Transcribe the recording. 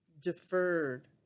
deferred